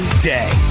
day